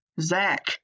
Zach